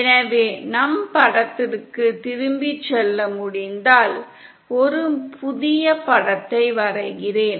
எனவே நம் படத்திற்க்கு திரும்பிச் செல்ல முடிந்தால் ஒரு புதிய படத்தை வரைகிறேன்